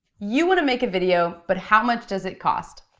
you wanna make a video, but how much does it cost?